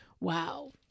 Wow